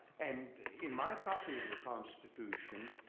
and in my copy of the constitution,